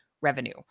revenue